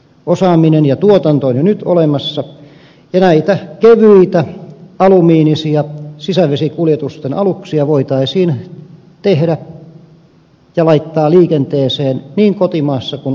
osaaminen ja tuotanto on jo nyt olemassa ja näitä kevyitä alumiinisia sisävesikuljetusten aluksia voitaisiin tehdä ja laittaa liikenteeseen niin kotimaassa kuin ulkomaillakin